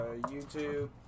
YouTube